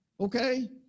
Okay